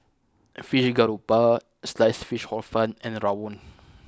Fried Garoupa Sliced Fish Hor Fun and Rawon